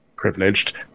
privileged